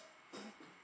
mmhmm